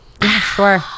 sure